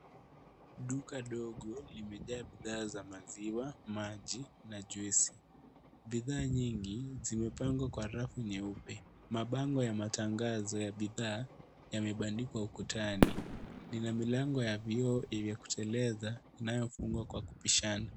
Duka dogo limejaa bidhaa za maziwa, maji na juisi. Bidhaa nyingi zimepangwa kwa rafu nyeupe. Mabango ya matangazo ya bidhaa yamebandikwa ukutani. Lina milango ya vioo yenye kuteleza inayofungwa kwa kupishana.